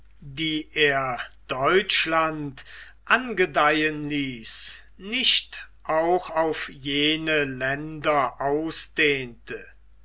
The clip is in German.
die er deutschland angedeihen ließ nicht auch auf jene länder ausdehnte